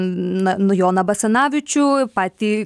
na nu joną basanavičių patį